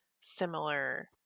similar